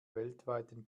weltweiten